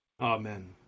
amen